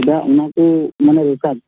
ᱪᱮᱫᱟᱜ ᱚᱱᱟᱠᱚ ᱢᱟᱱᱮ ᱨᱮᱛᱟᱢ